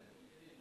עינת